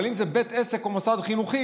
אבל אם זה בית עסק או מוסד חינוכי,